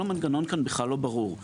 כל המנגנון כאן בכלל לא ברור.